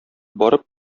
барып